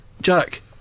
Jack